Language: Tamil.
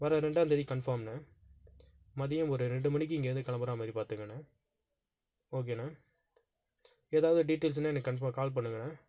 வர ரெண்டாம்தேதி கன்ஃபார்ம்ணா மதியம் ஒரு ரெண்டு மணிக்கு இங்கேந்து கிளம்புறா மாதிரி பார்த்துக்கறேன்ணா ஓகேண்ணா எதாவது டீட்டெயில்ஸுன்னா எனக் கன்ஃபா கால் பண்ணுங்கண்ணா